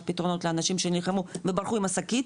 פתרונות לאנשים שנלחמו וברחו עם השקית,